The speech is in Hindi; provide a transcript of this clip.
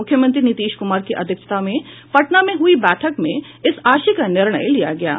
मुख्यमंत्री नीतीश कुमार की अध्यक्षता में पटना में हुई बैठक में इस आशय का निर्णय लिया गया है